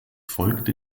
folgt